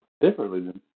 differently